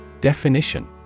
Definition